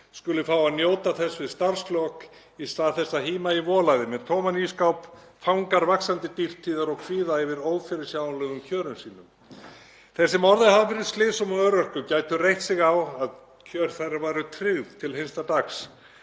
skuli fá að njóta þess við starfslok í stað þess að híma í volæði með tóman ísskáp, fangar vaxandi dýrtíðar og kvíða yfir ófyrirsjáanlegum kjörum sínum. Þeir sem orðið hafa fyrir slysum og örorku gætu reitt sig á að kjör þeirra væru tryggð til hinsta dags.